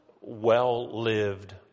well-lived